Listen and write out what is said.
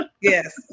Yes